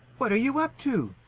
what are you up to?